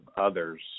others